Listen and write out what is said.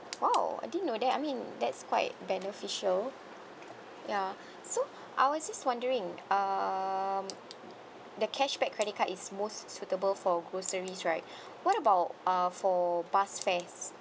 !wow! I didn't know that I mean that's quite beneficial ya so I was just wondering um the cashback credit card is most suitable for groceries right what about uh for bus fares